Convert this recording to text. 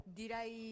direi